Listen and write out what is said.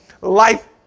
life